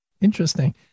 Interesting